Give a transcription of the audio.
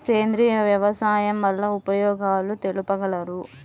సేంద్రియ వ్యవసాయం వల్ల ఉపయోగాలు తెలుపగలరు?